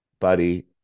buddy